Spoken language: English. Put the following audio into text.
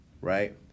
right